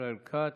ישראל כץ.